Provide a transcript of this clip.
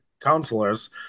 counselors